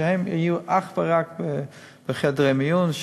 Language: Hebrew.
הם יהיו אך ורק בחדרי המיון,